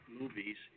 movies